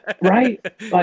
Right